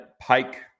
Pike